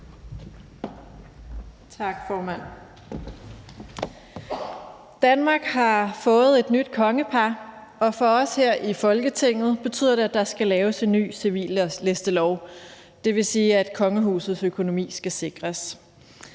Nawa (RV): Danmark har fået et nyt kongepar, og for os her i Folketinget betyder det, at der skal laves en ny civillistelov. Det vil sige, at kongehusets økonomi skal sikres.